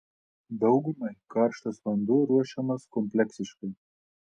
daugumai karštas vanduo ruošiamas kompleksiškai